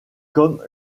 comme